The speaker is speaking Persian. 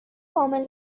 کامل